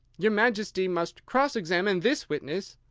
your majesty must cross-examine this witness.